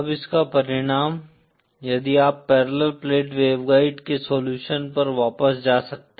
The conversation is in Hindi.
अब इसका परिणाम यदि आप पैरेलल प्लेट वेवगाइड के सोल्युशन पर वापस जा सकते हैं